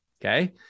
okay